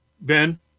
Ben –